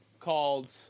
called